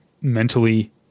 mentally